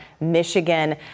Michigan